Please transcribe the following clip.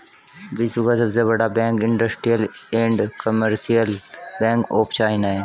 विश्व का सबसे बड़ा bank industrial and commercial bank of China है